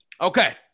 Okay